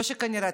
לא כנראה,